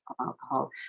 alcohol